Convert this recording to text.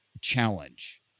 challenge